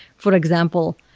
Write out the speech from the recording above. for example,